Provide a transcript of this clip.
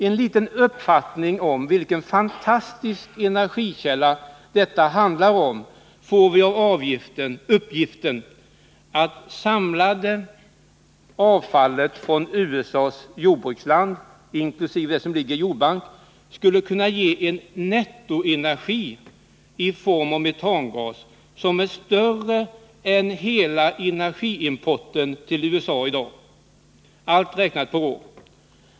En liten uppfattning om vilken fantastisk energikälla detta handlar om får vi av uppgiften att det samlade avfallet från USA:s jordbruksland — även det som ligger i jordbank — skulle kunna ge en nettoenergi i form av metangas som är större än hela energiimporten till USA i dag; allt räknat per år.